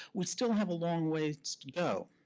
we still have a long ways to go.